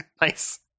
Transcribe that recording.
Nice